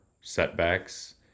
setbacks